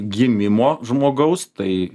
gimimo žmogaus tai